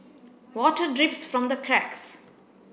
water drips from the cracks